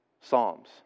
psalms